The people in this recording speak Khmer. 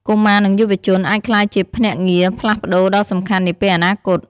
កុមារនិងយុវជន អាចក្លាយជាភ្នាក់ងារផ្លាស់ប្តូរដ៏សំខាន់នាពេលអនាគត។